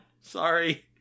sorry